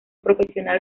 profesional